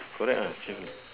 correct ah same lah